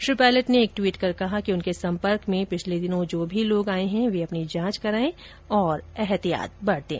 श्री पायलट ने एक ट्वीट कर कहा कि उनके संपर्क में पिछले दिनों जो भी लोग आएं हैं वे अपनी जांच कराएं और सावधानी बरतें